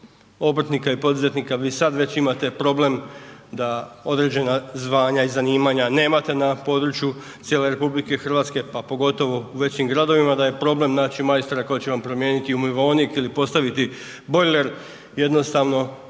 obrtnika i poduzetnika. Vi već sada imate problem da određena zvanja i zanimanja nemate na području cijele RH pa pogotovo u većim gradovima, da je problem naći majstora koji će vam promijeniti umivaonik ili postaviti bojler, jednostavno